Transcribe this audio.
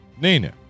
Nina